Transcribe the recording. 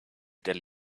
tell